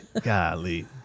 Golly